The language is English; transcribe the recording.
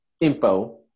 info